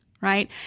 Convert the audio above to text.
Right